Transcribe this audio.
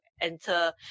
enter